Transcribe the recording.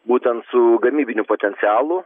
būtent su gamybiniu potencialu